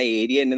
area